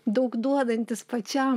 daug duodantis pačiam